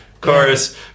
chorus